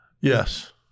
Yes